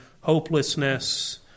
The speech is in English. hopelessness